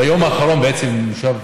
ביום האחרון למושב,